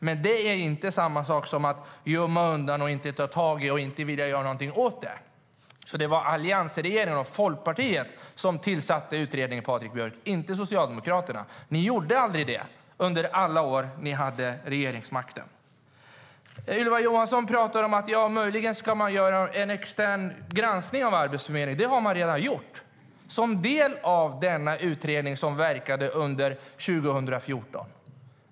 Men det är inte samma sak som att gömma undan och inte ta tag i och inte vilja göra någonting åt det. Det var alliansregeringen och Folkpartiet som tillsatte utredningen, Patrik Björck, inte Socialdemokraterna. Ni gjorde aldrig det under alla år som ni hade regeringsmakten. Ylva Johansson pratar om att man möjligen ska göra en extern granskning av Arbetsförmedlingen. Men det har man redan gjort som en del av den utredning som verkade under 2014.